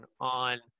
on